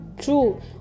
true